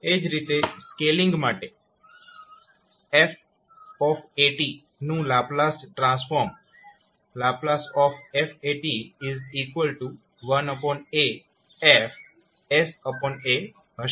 એ જ રીતે સ્કેલિંગ માટે 𝑓𝑎𝑡 નું લાપ્લાસ ટ્રાન્સફોર્મ ℒ f1aF હશે